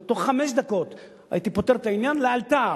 בתוך חמש דקות הייתי פותר את העניין לאלתר.